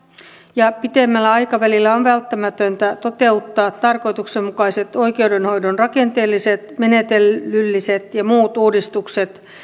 ja pitemmällä aikavälillä on välttämätöntä toteuttaa tarkoituksenmukaiset oikeudenhoidon rakenteelliset menettelylliset ja muut uudistukset